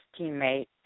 teammate